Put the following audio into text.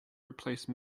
replace